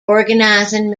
organizing